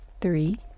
Three